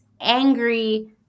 angry